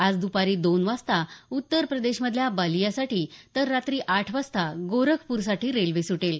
आज द्पारी दोन वाजता उत्तर प्रदेशमधल्या बलियासाठी तर रात्री आठ वाजता गोरखपूरसाठी रेल्वे सुटेल